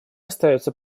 остается